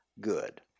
good